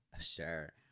Sure